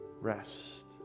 rest